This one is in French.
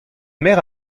mère